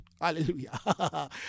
Hallelujah